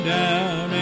down